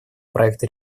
проекта